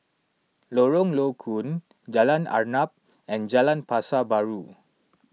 Lorong Low Koon Jalan Arnap and Jalan Pasar Baru